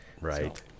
right